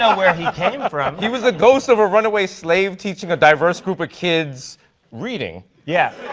um where he came from. he was the ghost of a runaway slave, teaching a diverse group of kids reading. yeah.